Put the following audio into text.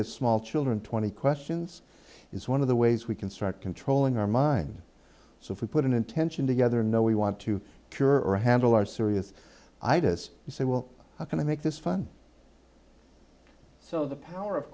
as small children twenty questions is one of the ways we can start controlling our mind so if we put an intention together no we want to cure or handle our serious itis you say well how can i make this fun so the power of